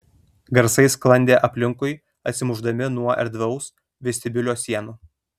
garsai sklandė aplinkui atsimušdami nuo erdvaus vestibiulio sienų